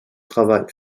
travaille